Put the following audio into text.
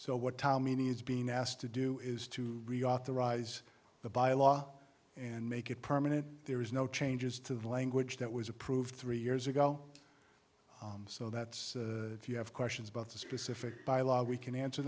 so what tommy is being asked to do is to reauthorize the by law and make it permanent there is no changes to the language that was approved three years ago so that's the you have questions both to specific by law we can answer